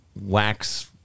wax